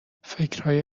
فکرهای